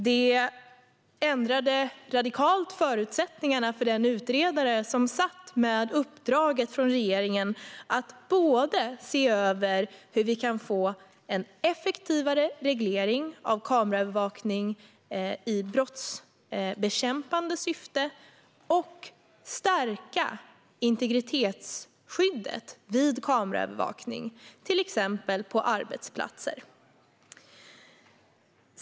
Det ändrade radikalt förutsättningarna för den utredare som satt med uppdraget från regeringen om att se över hur vi kan både få en effektivare reglering av kameraövervakning i brottsbekämpande syfte och stärka integritetsskyddet vid kameraövervakning, till exempel på arbetsplatser.